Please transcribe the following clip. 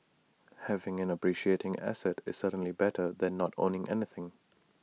having an appreciating asset is certainly better than not owning anything